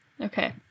Okay